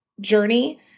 journey